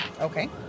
Okay